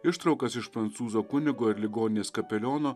ištraukas iš prancūzo kunigo ir ligoninės kapeliono